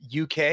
UK